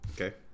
Okay